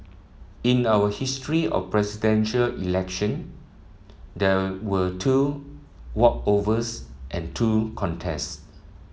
in our history of Presidential Election there were two walkovers and two contest